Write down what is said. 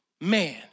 Man